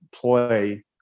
play